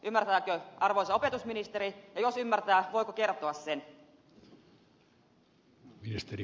ymmärtääkö arvoisa opetusministeri ja jos ymmärtää voiko kertoa sen